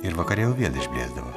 ir vakare jau vėl išblėsdavo